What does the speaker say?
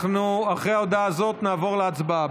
אחרי ההודעה הזאת אנחנו נעבור להצבעה.